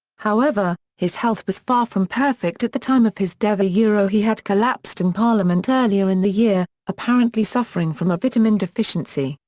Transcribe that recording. however, his health was far from perfect at the time of his death ah he had collapsed in parliament earlier in the year, apparently suffering from a vitamin deficiency,